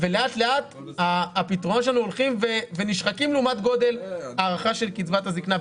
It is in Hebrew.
ולאט לאט הולכים ונשחקים לעומת גודל הארכה של קצבת הזקנה.